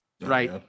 Right